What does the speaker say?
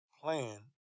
plan